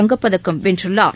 தங்கப்பதக்கம் வென்றுள்ளார்